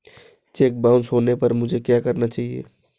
Check bounce होने पर मुझे क्या करना चाहिए?